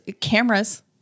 Cameras